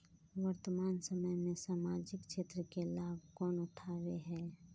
वर्तमान समय में सामाजिक क्षेत्र के लाभ कौन उठावे है?